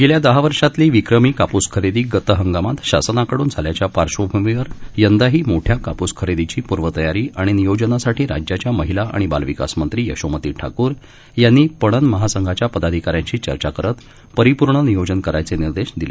गेल्यादहावर्षांतलीविक्रमीकापूसखरेदीगतहंगामातशासनाकडूनझाल्याच्यापार्श्वभूमीवरयंदाहीमोठ्याकापूस खरेदीच्यापूर्वतयारीआणिनियोजनासाठीराज्याच्यामहिलाआणिबालविकासमंत्रीयशोमतीठाकूरयांनीपणनम हासंघाच्यापदाधिकाऱ्यांशीचर्चाकरतपरिपूर्णनियोजनकरायचेनिर्देशदिले